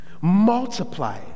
Multiply